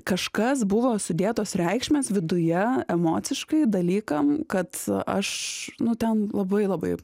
kažkas buvo sudėtos reikšmės viduje emociškai dalykam kad aš nu ten labai labai